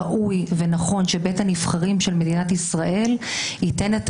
ראוי שבית הנבחרים של ישראל ייתן את